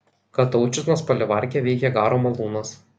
kataučiznos palivarke veikė garo malūnas